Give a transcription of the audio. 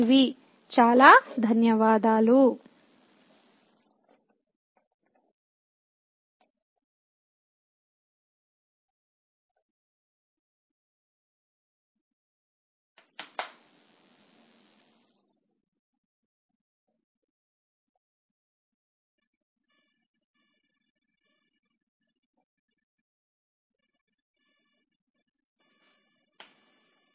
చాలా ధన్యవాదాలు